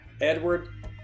Edward